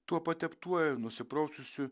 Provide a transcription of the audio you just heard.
tuo pateptuoju ir nusipraususiu